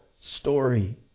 story